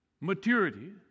maturity